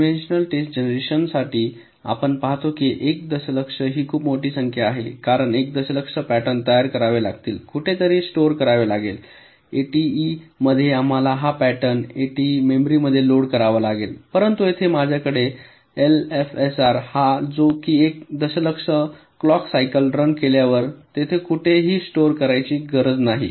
conventional test generation साठी आपण पाहतो की 1 दशलक्ष ही खूप मोठी संख्या आहे कारण 1 दशलक्ष पॅटर्न तयार करावे लागतील कुठेतरी स्टोअर करावे लागेल एटीईमध्ये आम्हाला हा पॅटर्न एटीई मेमरीमध्ये लोड करावा लागेल परंतु येथे माझ्याकडे एलएफएसआर आहे जो कि फक्त 1 दशलक्ष क्लॉक सायकल रन केल्यावर तेथे कुठेही स्टोअर करण्या ची गरज नाही